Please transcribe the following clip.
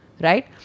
right